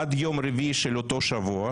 עד יום רביעי של אותו שבוע,